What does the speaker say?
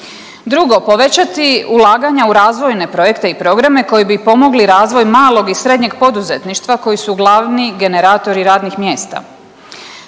Drugo, povećati ulaganja u razvojne projekte i programe koji bi pomogli razvoj malog i srednjeg poduzetništva koji su glavni generatori radnih mjesta.